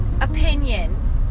opinion